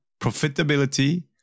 Profitability